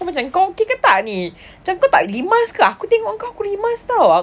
macam kau okay kau tak ni macam kau tak rimas kau aku tengok kau aku rimas [tau]